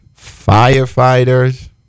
firefighters